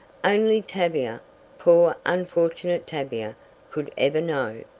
only tavia poor unfortunate tavia could ever know!